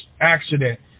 accident